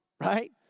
right